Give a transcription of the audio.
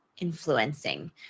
influencing